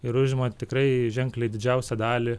ir užima tikrai ženkliai didžiausią dalį